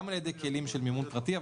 גם על ידי כלים של מימון פרטי,